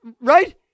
Right